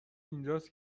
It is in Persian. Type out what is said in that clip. اینجاست